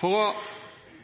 For å avklare den usikkerheten vil jeg utfordre statsråden til å